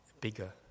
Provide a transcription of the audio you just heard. bigger